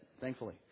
thankfully